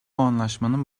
anlaşmanın